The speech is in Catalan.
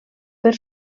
per